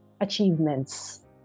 achievements